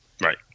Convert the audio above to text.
Right